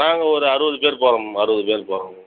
நாங்கள் ஒரு அறுபது பேர் போகிறோம் மேம் அறுபது பேர் போகிறோம் மேம்